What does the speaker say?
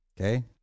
Okay